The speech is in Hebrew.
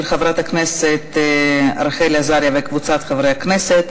של חברת הכנסת רחל עזריה וקבוצת חברי הכנסת,